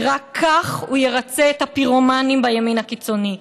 כי רק כך הוא ירצה את הפירומנים בימין הקיצוני,